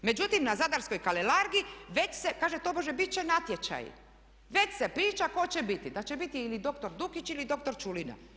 Međutim, na zadarskoj Kalelargi već se, kaže tobože bit će natječaj, već se priča tko će biti da će biti ili dr. Dukić ili dr. Čulina.